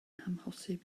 amhosib